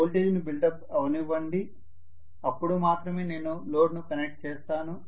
వోల్టేజ్ను బిల్డప్ అవవ్వండి అప్పుడు మాత్రమే నేను లోడ్ను కనెక్ట్ చేస్తాను